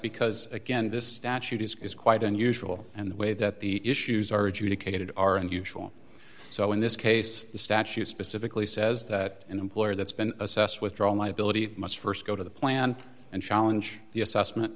because again this statute is quite unusual and the way that the issues are adjudicated are unusual so in this case the statute specifically says that an employer that's been assessed withdrawn liability must st go to the plan and challenge the assessment